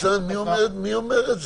מי אומר את זה?